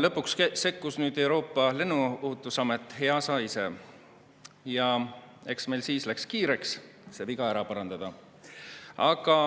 Lõpuks sekkus Euroopa lennuohutusamet EASA ise ja eks meil läks siis kiireks see viga ära parandada. Aga